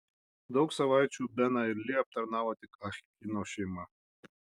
daug savaičių beną ir li aptarnavo tik ah kino šeima